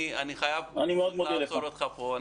אני חייב לעצור אותך פה.